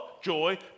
joy